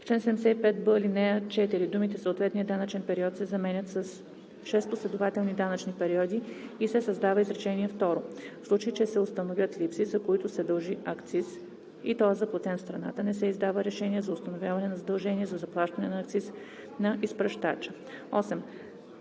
75б, ал. 4 думите „съответния данъчен период“ се заменят с „шест последователни данъчни периоди“ и се създава изречение второ: „В случай че се установяват липси, за които се дължи акциз и той е заплатен в страната, не се издава решение за установяване на задължение за заплащане на акциз на изпращача.“